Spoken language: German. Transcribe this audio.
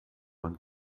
man